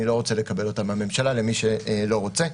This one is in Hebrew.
לא רוצה לקבל מהממשלה למי שלא רוצה.